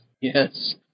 Yes